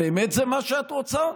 באמת זה מה שאת רוצה?